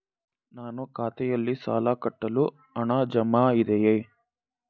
ನನ್ನ ಖಾತೆಯಲ್ಲಿ ಸಾಲ ಕಟ್ಟಲು ಹಣ ಜಮಾ ಇದೆಯೇ?